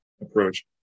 approach